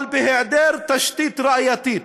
אבל בהיעדר תשתית ראייתית